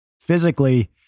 Physically